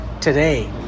today